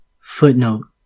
Footnote